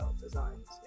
Designs